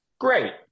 Great